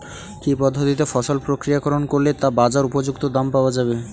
কি পদ্ধতিতে ফসল প্রক্রিয়াকরণ করলে তা বাজার উপযুক্ত দাম পাওয়া যাবে?